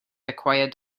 acquired